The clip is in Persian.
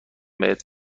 بهت